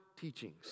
teachings